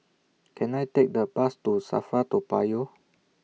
Can I Take A Bus to SAFRA Toa Payoh